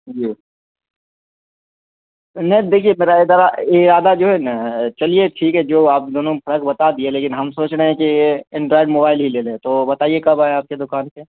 جی نہیں دیکھیے میرا ادارہ ارادہ جو ہے نا چلیے ٹھیک ہے جو آپ دونوں میں فرق بتا دیے لیکن ہم سوچ رہے ہیں کہ اینڈرائڈ موبائل ہی لے لیں تو بتائیے کب آئیں آپ کی دکان پہ